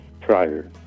prior